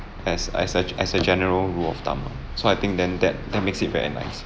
as I such as a general rule of thumb ah so I think then that that makes it very nice